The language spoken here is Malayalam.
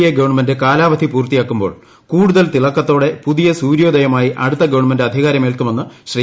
എ ഗവൺമെന്റ് കാലാവധി പൂർത്തിയാക്കുമ്പോൾ കൂടുതൽ തിളക്കത്തോടെ പുതിയ സൂര്യോദയമായി അടുത്ത ഗവൺമെന്റ് അധികാരമേൽക്കുമെന്ന് ശ്രീ